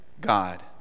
God